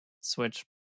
Switch